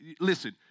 listen